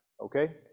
okay